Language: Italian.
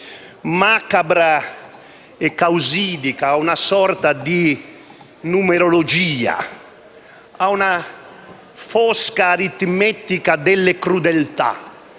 macabra e causidica, una sorta di numerologia, una fosca aritmetica delle crudeltà